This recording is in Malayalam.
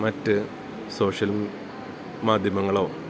മറ്റ് സോഷ്യൽ മാദ്ധ്യമങ്ങളോ